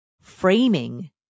framing